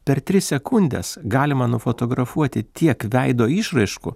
per tris sekundes galima nufotografuoti tiek veido išraiškų